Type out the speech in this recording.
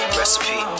recipe